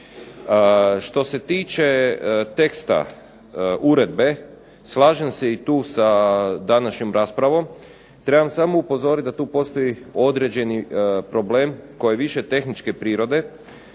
Što se tiče teksta uredbe slažem se tu sa današnjom raspravom. Trebam samo upozoriti da tu postoji određeni problem koji je više tehničke prirode.